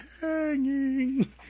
hanging